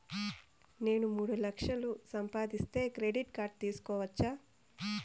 నేను మూడు లక్షలు సంపాదిస్తే క్రెడిట్ కార్డు తీసుకోవచ్చా?